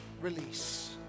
Release